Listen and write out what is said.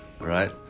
right